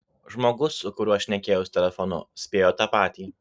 žmogus su kuriuo šnekėjausi telefonu spėjo tą patį